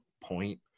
point